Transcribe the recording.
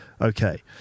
Okay